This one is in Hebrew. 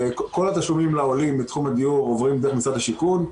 כל התשלומים לעולים בתחום הדיור עוברים דרך משרד השיכון,